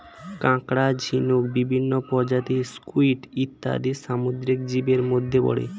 কাঁকড়া, ঝিনুক, বিভিন্ন প্রজাতির স্কুইড ইত্যাদি সামুদ্রিক জীবের মধ্যে পড়ে